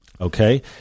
Okay